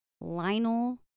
Lionel